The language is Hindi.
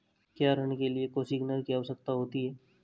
क्या ऋण के लिए कोसिग्नर की आवश्यकता होती है?